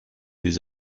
des